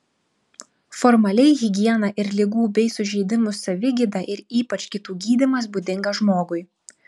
formaliai higiena ir ligų bei sužeidimų savigyda ir ypač kitų gydymas būdingas žmogui